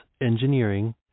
engineering